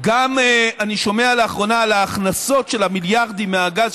אני גם שומע לאחרונה על ההכנסות של המיליארדים מהגז,